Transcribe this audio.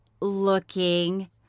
Looking